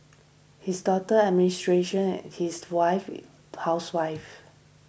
his daughter administration and his wife housewife